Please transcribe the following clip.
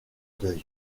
deuil